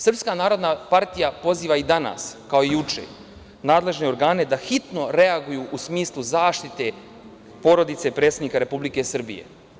Srpska narodna partija poziva i danas, kao i juče, nadležne organe da hitno reaguju u smislu zaštite porodice predsednika Republike Srbije.